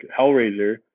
Hellraiser